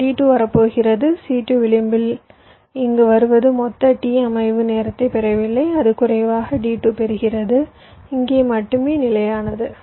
இந்த D2 வரப்போகிறது C2 விளிம்பில் இங்கு வருவது மொத்த t அமைவு நேரத்தைப் பெறவில்லை அது குறைவாக D2 பெறுகிறது இங்கே மட்டுமே நிலையானது